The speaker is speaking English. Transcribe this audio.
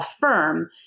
firm